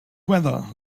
weather